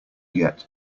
yet